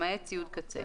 למעט ציוד קצה,